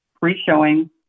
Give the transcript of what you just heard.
pre-showing